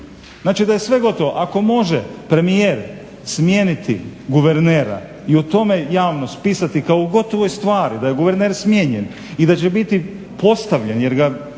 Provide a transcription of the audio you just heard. Znači da je sve gotovo. Ako može premijer smijeniti guvernera i o tome u javnost pisati kao o gotovoj stvari da je guverner smijenjen i da će biti postavljen jer ga